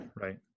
Right